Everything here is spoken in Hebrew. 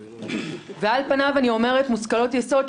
ועל פניו אני אומרת מושכלות יסוד,